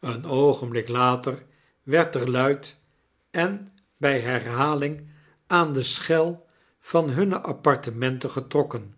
een oogenblik later werd er luid en bij herhaling aan de schel van hunne apartementen getrokken